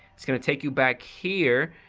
it's going to take you back here.